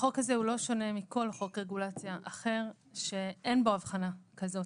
החוק הזה הוא לא שונה מכל חוק רגולציה אחר שאין בו הבחנה כזאת.